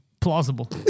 plausible